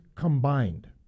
combined